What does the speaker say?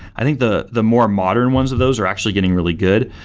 i think the the more modern ones of those are actually getting really good,